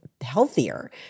healthier